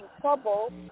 trouble